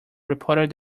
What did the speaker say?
reported